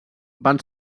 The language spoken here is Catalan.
van